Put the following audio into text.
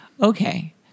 Okay